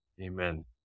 amen